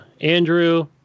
andrew